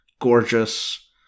gorgeous